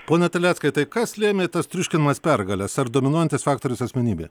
pone terleckai tai kas lėmė tas triuškinamas pergales ar dominuojantis faktorius asmenybė